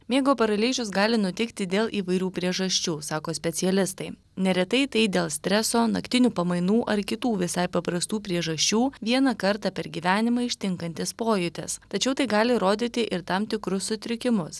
miego paralyžius gali nutikti dėl įvairių priežasčių sako specialistai neretai tai dėl streso naktinių pamainų ar kitų visai paprastų priežasčių vieną kartą per gyvenimą ištinkantis pojūtis tačiau tai gali rodyti ir tam tikrus sutrikimus